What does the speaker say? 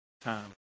time